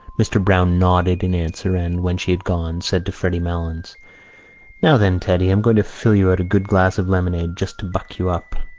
mr. browne nodded in answer and, when she had gone, said to freddy malins now, then, teddy, i'm going to fill you out a good glass of lemonade just to buck you up.